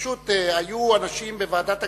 פשוט היו אנשים בוועדת הכספים,